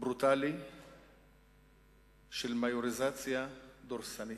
ברוטלי של מיוריזציה דורסנית,